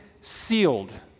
sealed